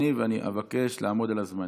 ואני אבקש לעמוד על הזמנים.